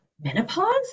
menopause